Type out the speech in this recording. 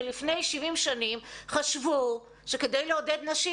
שלפני 70 שנים חשבו שכדי לעודד נשים